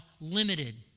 limited